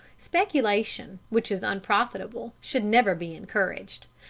speculation which is unprofitable should never be encouraged.